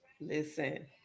Listen